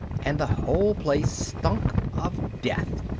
and the whole place stunk of death.